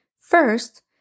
First